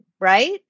Right